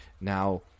now